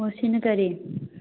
ꯑꯣ ꯁꯤꯅ ꯀꯔꯤ